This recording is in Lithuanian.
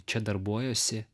čia darbuojuosi